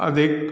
अधिक